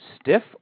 stiff